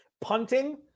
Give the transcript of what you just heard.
punting